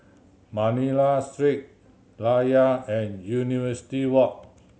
Manila Street Layar and University Walk